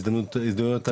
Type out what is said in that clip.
הזדמנויות תעסוקתיות,